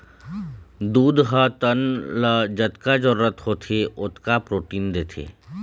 दूद ह तन ल जतका जरूरत होथे ओतका प्रोटीन देथे